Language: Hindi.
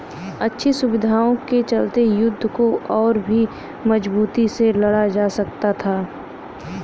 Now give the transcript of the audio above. अच्छी सुविधाओं के चलते युद्ध को और भी मजबूती से लड़ा जा सकता था